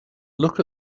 look